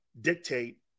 dictate